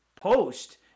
post